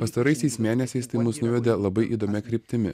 pastaraisiais mėnesiais tai mus nuvedė labai įdomia kryptimi